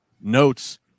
notes